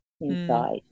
inside